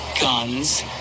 guns